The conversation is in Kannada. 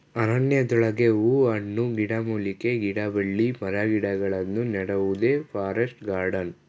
ಅರಣ್ಯದೊಳಗೆ ಹೂ ಹಣ್ಣು, ಗಿಡಮೂಲಿಕೆ, ಗಿಡಬಳ್ಳಿ ಮರಗಿಡಗಳನ್ನು ನೆಡುವುದೇ ಫಾರೆಸ್ಟ್ ಗಾರ್ಡನ್